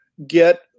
get